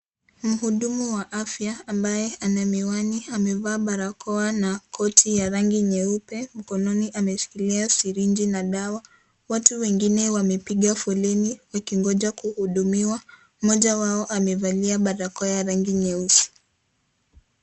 Mhudumu wa afya ambaye ana miwani amevaa barakoa na koti yenye ragi nyeupe, mkononi ameshikilia sirinji na dawa, watu wengine wamepiga foleni wakingoja kuhudumiwa, mmoja wao amevalia barakoa ya rangi nyeusi.